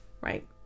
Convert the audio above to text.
right